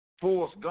force